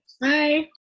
Bye